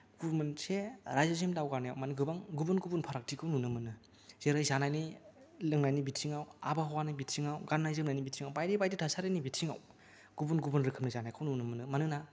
गुबुन मोनसे राइजोसिम दावगानायाव माने गोबां गुबुन गुबुन फारागथिखौ नुनो मोनो जेरै जानायनि लोंनायनि बिथिंआव आबहावानि बिथिंआव गान्नाय जोमनायनि बिथिंआव बायदि बायदि थासारिनि बिथिंआव गुबुन गुबुन रोखोमनि जानायखौ नुनो मोनो मानोना